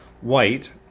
white